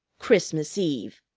christmas eve!